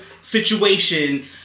situation